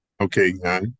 okay